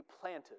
planted